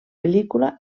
pel·lícula